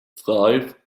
thrive